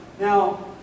now